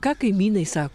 ką kaimynai sako